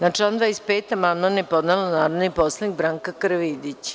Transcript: Na član 25. amandman je podneo narodni poslanik Branka Karavidić.